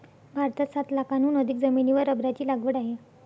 भारतात सात लाखांहून अधिक जमिनीवर रबराची लागवड आहे